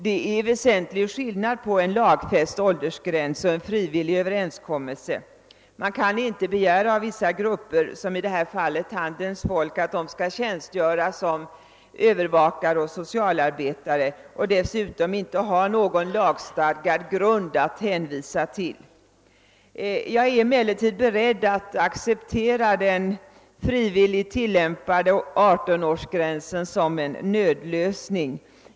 Det är en väsentlig skillnad mellan en lagfäst åldersgräns och en frivillig överenskommelse. Man kan inte begära att vissa grupper — i detta fall handelns folk — skall tjänstgöra som övervakare och socialarbetare, i synnerhet som de inte har någon lagstiftning att hänvisa till. Jag är emellertid beredd att acceptera den frivilliga överenskommelsen om 18-årsgränsen som en nödlösning.